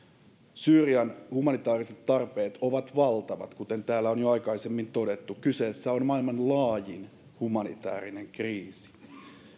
syyrian humanitääriset tarpeet ovat valtavat kuten täällä on jo aikaisemmin todettu kyseessä on maailman laajin humanitäärinen kriisi